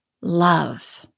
love